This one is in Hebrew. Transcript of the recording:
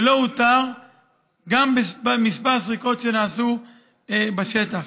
שלא אותר גם בכמה סריקות שנעשו בשטח.